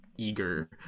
eager